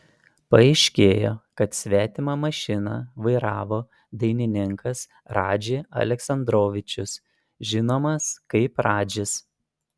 paaiškėjo kad svetimą mašiną vairavo dainininkas radži aleksandrovičius žinomas kaip radžis